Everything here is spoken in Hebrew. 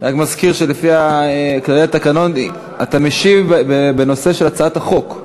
רק מזכיר שלפי כללי התקנון אתה משיב בנושא של הצעת החוק.